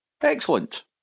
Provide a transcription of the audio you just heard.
Excellent